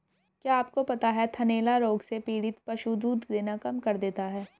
क्या आपको पता है थनैला रोग से पीड़ित पशु दूध देना कम कर देता है?